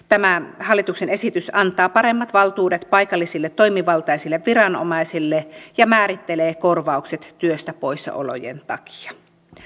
tämä hallituksen esitys antaa paremmat valtuudet paikallisille toimivaltaisille viranomaisille ja määrittelee korvaukset työstä poissaolojen takia